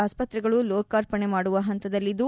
ಆಸ್ಪತ್ರೆಗಳು ಲೋಕಾರ್ಪಣೆ ಮಾಡುವ ಪಂತದಲ್ಲಿದ್ದು